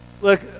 Look